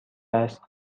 است